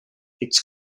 its